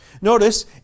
Notice